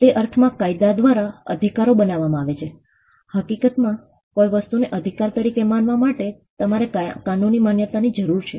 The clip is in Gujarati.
તે અર્થમાં કાયદા દ્વારા અધિકારો બનાવવામાં આવે છે હકીકતમાં કોઈ વસ્તુને અધિકાર તરીકે માનવા માટે તમારે કાનૂની માન્યતાની જરૂર છે